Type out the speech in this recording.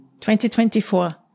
2024